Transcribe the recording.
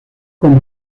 como